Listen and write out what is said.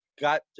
got